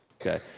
Okay